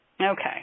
Okay